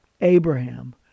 Abraham